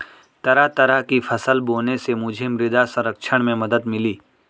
तरह तरह की फसल बोने से मुझे मृदा संरक्षण में मदद मिली